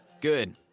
Good